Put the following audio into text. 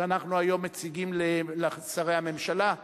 שאנחנו מציגים היום לשרי הממשלה,